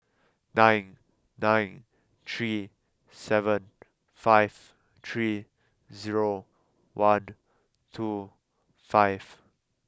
nine nine three seven five three zero one two five